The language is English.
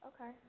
Okay